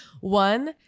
One